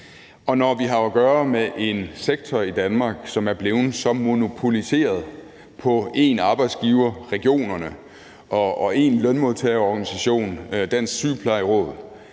når vi har at gøre med en sektor i Danmark, som er blevet så monopoliseret af én arbejdsgiver, regionerne, og én lønmodtagerorganisation, Dansk Sygeplejeråd,